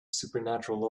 supernatural